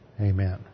Amen